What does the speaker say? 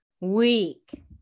week